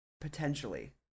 Potentially